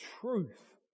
truth